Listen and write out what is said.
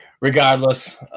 regardless